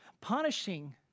punishing